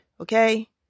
Okay